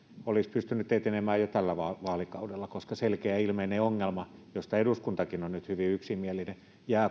olisivat pystyneet etenemään jo tällä vaalikaudella koska selkeä ilmeinen ongelma josta eduskuntakin on nyt hyvin yksimielinen jää